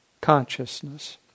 consciousness